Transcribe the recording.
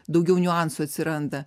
daugiau niuansų atsiranda